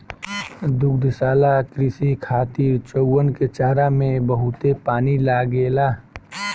दुग्धशाला कृषि खातिर चउवन के चारा में बहुते पानी लागेला